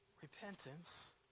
repentance